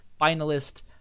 finalist